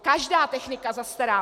Každá technika zastará.